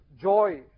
joy